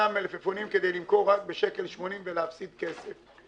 מלפפונים כי למכור רק ב-1.8 שקל ולהפסיד כסף.